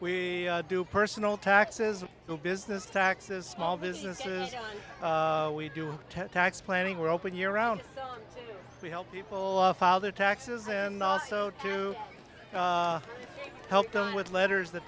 we do personal taxes business taxes small businesses we do tax planning we're open year round we help people file their taxes and also to help them with letters that